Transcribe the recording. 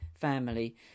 Family